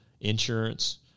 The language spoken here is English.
insurance